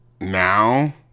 now